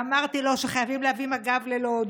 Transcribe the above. ואמרתי לו שחייבים להביא מג"ב ללוד